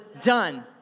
done